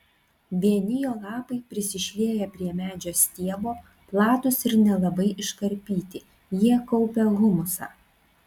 vieni jo lapai prisišlieję prie medžio stiebo platūs ir nelabai iškarpyti jie kaupia humusą